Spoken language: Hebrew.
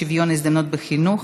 שוויון הזדמנויות בחינוך),